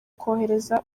kohereza